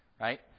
right